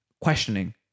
questioning